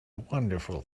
wonderful